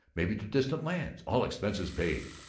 maybe to distant lands all expenses paid.